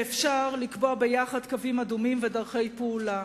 ואפשר לקבוע ביחד קווים אדומים ודרכי פעולה.